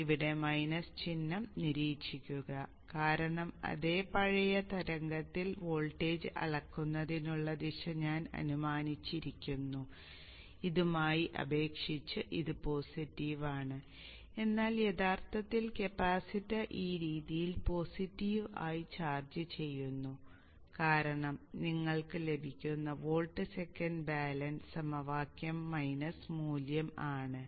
ഇവിടെ മൈനസ് ചിഹ്നം നിരീക്ഷിക്കുക കാരണം അതേ പഴയ തരംഗത്തിൽ വോൾട്ടേജ് അളക്കുന്നതിനുള്ള ദിശ ഞാൻ അനുമാനിച്ചിരിക്കുന്നു ഇതുമായി അപേക്ഷിച്ച് ഇത് പോസിറ്റീവ് ആണ് എന്നാൽ യഥാർത്ഥത്തിൽ കപ്പാസിറ്റർ ഈ രീതിയിൽ പോസിറ്റീവ് ആയി ചാർജുചെയ്യുന്നു കാരണം നിങ്ങൾക്ക് ലഭിക്കുന്ന വോൾട്ട് സെക്കൻഡ് ബാലൻസ് സമവാക്യം മൈനസ് മൂല്യം ആണ്